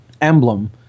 emblem